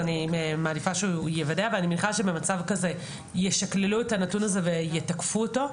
ישקללו את הנתון הזה ויתקפו אותו.